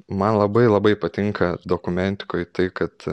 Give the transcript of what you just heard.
man labai labai patinka dokumentikoj tai kad